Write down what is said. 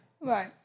right